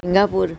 Singapore